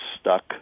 stuck